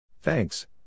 Thanks